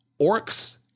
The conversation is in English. orcs